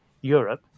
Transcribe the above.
Europe